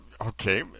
Okay